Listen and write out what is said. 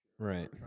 Right